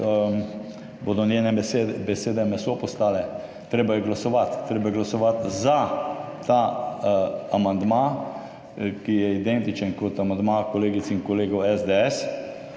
bodo njene besede meso postale. Treba je glasovati za ta amandma, ki je identičen kot amandma kolegic in kolegov iz SDS.